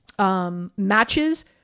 matches